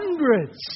hundreds